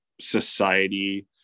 society